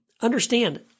Understand